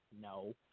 No